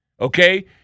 Okay